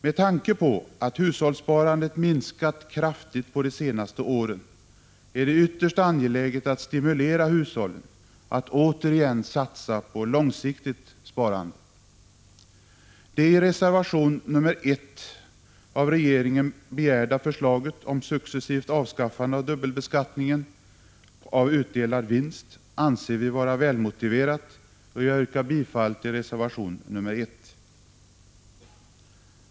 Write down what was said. Med tanke på att hushållssparandet minskat kraftigt de senaste åren är det ytterst angeläget att stimulera hushållen att återigen satsa på långsiktigt sparande. Kravet i reservation nr 1 att riksdagen skall begära ett förslag från regeringen om successivt avskaffande av dubbelbeskattningen av utdelad vinst anser vi vara välmotiverat, och jag yrkar bifall till reservation nr 1.